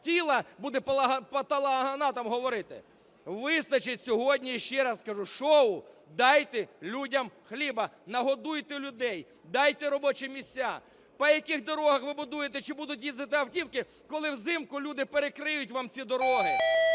тіла – буде патологоанатам говорити. Вистачить сьогодні, ще раз кажу, шоу – дайте людям хліба, нагодуйте людей, дайте робочі місця. По яких дорогах ви будуєте, чи будуть їздити автівки, коли взимку люди перекриють вам ці дороги?